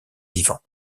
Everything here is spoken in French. vivants